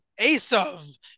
Asav